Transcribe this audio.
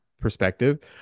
perspective